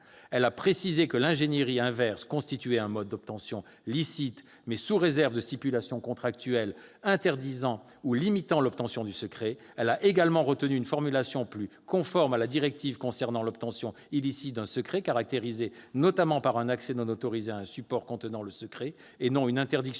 Elle a aussi précisé que l'ingénierie inverse constituait un mode licite d'obtention, mais sous réserve de stipulations contractuelles interdisant ou limitant l'obtention du secret. Elle a également retenu une formulation plus conforme à la directive de l'obtention illicite d'un secret, caractérisée notamment par un accès non autorisé à un support contenant le secret, et non par une interdiction